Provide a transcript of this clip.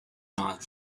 not